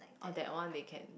or that one they can